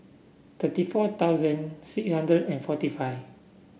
thirty four thousand six hundred and forty five